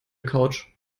couch